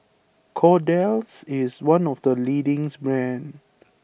Kordel's is one of the leading brands